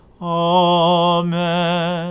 Amen